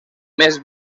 més